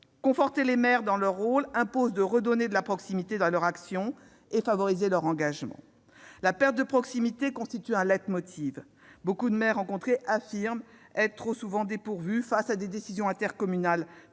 Conforter les maires dans leur rôle impose de redonner de la proximité à leur action et de favoriser leur engagement. La perte de proximité constitue un leitmotiv. Beaucoup de maires rencontrés affirment être trop souvent dépourvus face à des décisions intercommunales